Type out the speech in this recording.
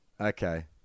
Okay